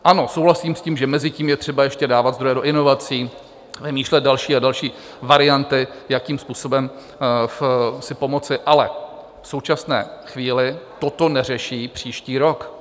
Ano, souhlasím s tím, že mezitím je třeba ještě dávat zdroje do inovací, vymýšlet další a další varianty, jakým způsobem si pomoci, ale v současné chvíli toto neřeší příští rok!